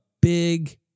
big